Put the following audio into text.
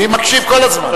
אני מקשיב כל הזמן.